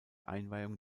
einweihung